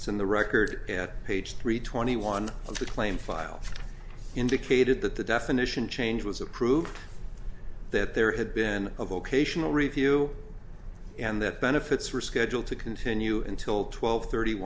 in the record at page three twenty one of the claim filed indicated that the definition change was approved that there had been a vocational review and that benefits were scheduled to continue until twelve thirty